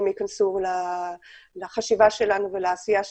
ייכנסו לחשיבה שלנו ולעשייה שלנו.